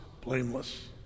blameless